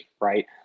right